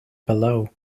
below